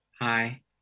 Hi